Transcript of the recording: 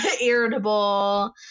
irritable